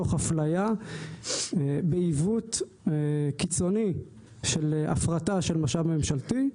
תוך אפליה בעיוות קיצוני של הפרטה של משאב ממשלתי,